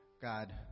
God